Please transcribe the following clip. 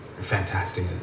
fantastic